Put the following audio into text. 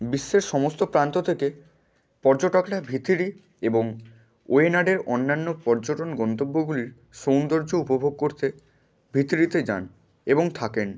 বিশ্বের সমস্ত প্রান্ত থেকে পর্যটকরা ভিথিরি এবং ওয়েনাডের অন্যান্য পর্যটন গন্তব্যগুলির সৌন্দর্য উপভোগ করতে ভিথিরিতে যান এবং থাকেন